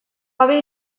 gabe